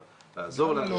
אבל לעזור לנו.